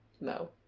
no